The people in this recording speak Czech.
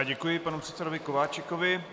Děkuji panu předsedovi Kováčikovi.